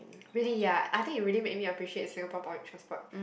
really ya I think it really made me appreciate Singapore public transport